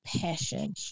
passion